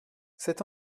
cette